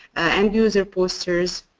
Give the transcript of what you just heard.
end user posters.